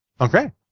Okay